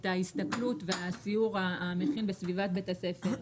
את ההסתכלות והסיור המכין בסביבת בית הספר,